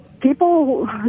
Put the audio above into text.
people